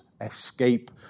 Escape